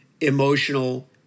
emotional